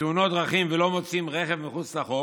בתאונות דרכים ולא מוציאים רכב מחוץ לחוק.